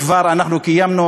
אנחנו כבר קיימנו,